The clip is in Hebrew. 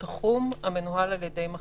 "תחום, המנוהל על ידי מחזיק",